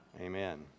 Amen